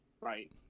right